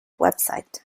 website